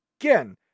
again